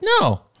no